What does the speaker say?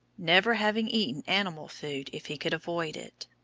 never having eaten animal food if he could avoid it.